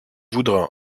voudra